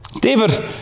David